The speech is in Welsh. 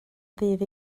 ddydd